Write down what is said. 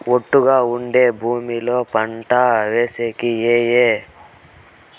ఒట్టుగా ఉండే భూమి లో పంట వేసేకి ఏమేమి పేపర్లు కావాలి?